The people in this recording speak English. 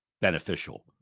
beneficial